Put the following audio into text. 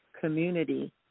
community